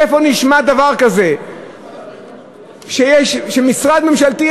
איפה נשמע דבר כזה שמשרד ממשלתי,